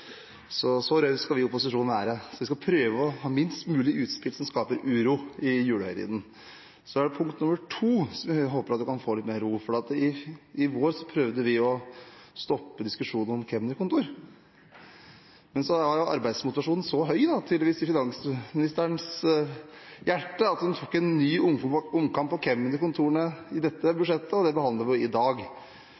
Så rause skal vi i opposisjonen være. Jeg skal prøve å ha minst mulig utspill som skaper uro i julehøytiden. Så er det punkt nummer to, som jeg håper kan få litt mer ro. I vår prøvde vi å stoppe diskusjonen om kemnerkontor. Men så var tydeligvis arbeidsmotivasjonen så høy i finansministerens hjerte at hun tok en ny omkamp om kemnerkontorene i dette budsjettet, og det behandler vi i dag.